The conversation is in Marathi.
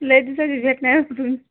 लय दिवसात दिसत नाही कुठून